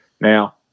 Now